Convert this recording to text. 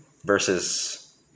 Versus